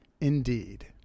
Indeed